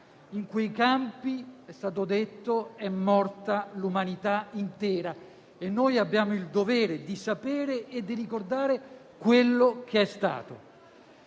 In quei campi è morta l'umanità intera e noi abbiamo il dovere di sapere e di ricordare quello che è stato.